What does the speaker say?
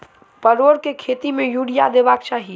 परोर केँ खेत मे यूरिया देबाक चही?